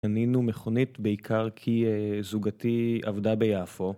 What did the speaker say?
קנינו מכונית בעיקר כי זוגתי עבדה ביפו